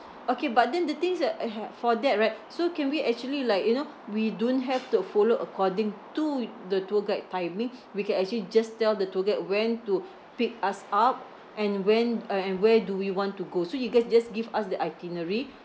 okay but then the things that I ha~ for that right so can we actually like you know we don't have to follow according to the tour guide timing we can actually just tell the tour guide when to pick us up and when uh and where do we want to go so you guys just give us the itinerary